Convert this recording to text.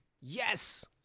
Yes